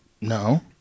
No